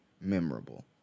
memorable